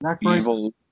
Evil